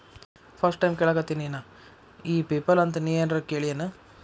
First time ಕೇಳಾಕತೇನಿ ನಾ ಇ ಪೆಪಲ್ ಅಂತ ನೇ ಏನರ ಕೇಳಿಯೇನ್?